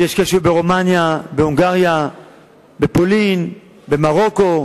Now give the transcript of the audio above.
יש כאלה שהיו ברומניה, בהונגריה, בפולין, במרוקו,